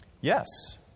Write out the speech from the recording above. Yes